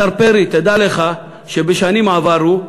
השר פרי, תדע לך שבשנים עברו,